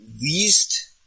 least